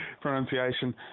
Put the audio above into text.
pronunciation